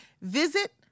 visit